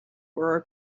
were